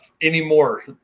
anymore